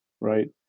right